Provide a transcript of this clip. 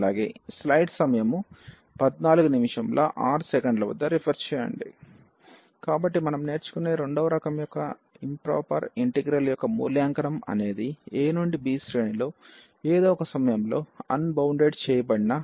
అలాగే కాబట్టి మనం నేర్చుకునే రెండవ రకం యొక్క ఇంప్రొపర్ ఇంటిగ్రల్యొక్క మూల్యాంకనం అనేది a నుండి b శ్రేణిలో ఏదో ఒక సమయంలో అన్బౌండెడ్ చేయబడిన abfxdx యొక్క ఇంటిగ్రల్